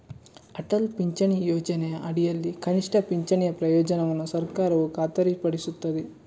ಅಟಲ್ ಪಿಂಚಣಿ ಯೋಜನೆಯ ಅಡಿಯಲ್ಲಿ ಕನಿಷ್ಠ ಪಿಂಚಣಿಯ ಪ್ರಯೋಜನವನ್ನು ಸರ್ಕಾರವು ಖಾತರಿಪಡಿಸುತ್ತದೆ